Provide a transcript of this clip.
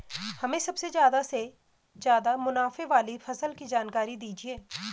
हमें सबसे ज़्यादा से ज़्यादा मुनाफे वाली फसल की जानकारी दीजिए